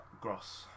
Gross